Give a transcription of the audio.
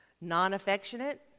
non-affectionate